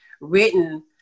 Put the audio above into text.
written